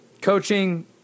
Coaching